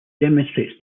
demonstrates